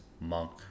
monk